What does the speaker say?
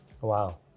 Wow